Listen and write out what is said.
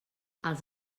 els